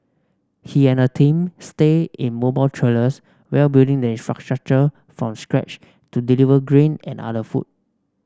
he and a Team Stayed in mobile trailers while building the infrastructure from scratch to deliver grain and other food